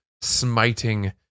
smiting